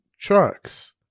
trucks